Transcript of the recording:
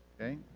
okay